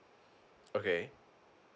okay